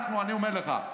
אני אומר לך,